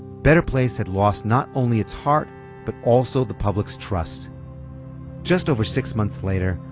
better place had lost not only its heart but also the public's trust just over six months later,